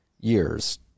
years